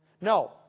No